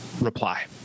reply